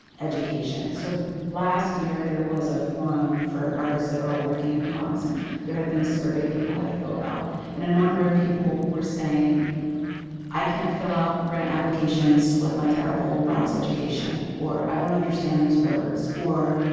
education. so last year there was a forum for artists that are all working in the bronx and there had been a survey people had filled out and a number of people were saying i can't fill out grant applications with my terrible bronx education. or i don't understand these words. or